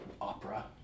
Opera